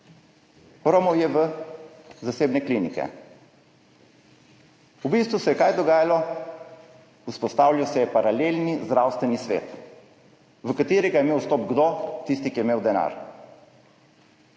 Romal je v zasebne klinike. V bistvu se je dogajalo – kaj? Vzpostavljal se je paralelni zdravstveni svet. V katerega je imel vstop – kdo? Tisti, ki je imel denar.